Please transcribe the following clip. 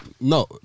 No